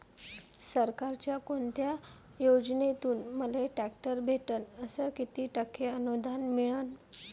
सरकारच्या कोनत्या योजनेतून मले ट्रॅक्टर भेटन अस किती टक्के अनुदान मिळन?